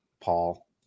Paul